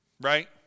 Right